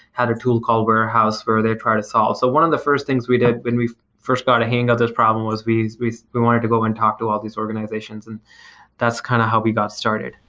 had a tool called warehouse where they try to solve. so one of the first things we did when we first got a hang of this problem was we we wanted to go and talk to all these organizations, and that's kind of how we got started.